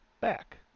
back